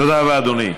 תודה רבה, אדוני.